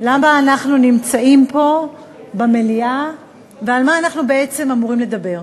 למה אנחנו נמצאים פה במליאה ועל מה אנחנו בעצם אמורים לדבר.